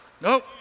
Nope